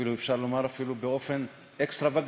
אפשר לומר אפילו באופן אקסטרווגנטי.